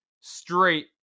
straight